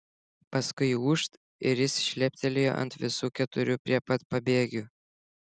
paskui ūžt ir jis šleptelėjo ant visų keturių prie pat pabėgių